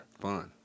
Fun